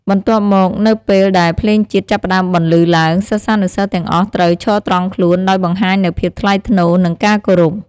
បន្ទាប់មក នៅពេលដែល ភ្លេងជាតិ ចាប់ផ្តើមបន្លឺឡើង សិស្សានុសិស្សទាំងអស់ត្រូវ ឈរត្រង់ខ្លួន ដោយបង្ហាញនូវភាពថ្លៃថ្នូរ និងការគោរព។